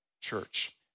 church